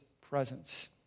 presence